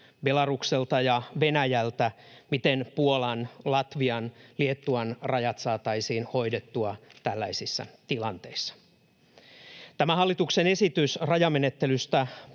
Belarukselta ja Venäjältä, miten Puolan, Latvian ja Liettuan rajat saataisiin hoidettua tällaisissa tilanteissa. Tämä hallituksen esitys rajamenettelystä